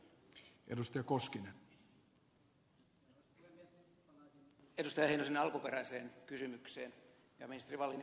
palaisin edustaja heinosen alkuperäiseen kysymykseen ja ministeri wallinin vastaukseen